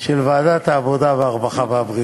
של ועדת העבודה, הרווחה והבריאות.